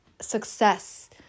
success